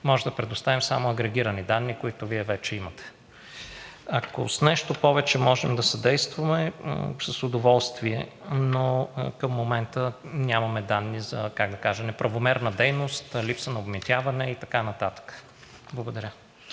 Можем да предоставим само агрегирани данни, които Вие вече имате. Ако с нещо повече можем да съдействаме, с удоволствие, но към момента нямаме данни за неправомерна дейност, липса на обмитяване и така нататък. Благодаря.